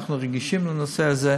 אנחנו רגישים לנושא הזה.